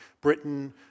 Britain